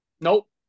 Nope